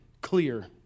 clear